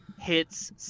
Hits